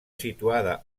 situada